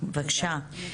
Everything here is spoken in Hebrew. בבקשה.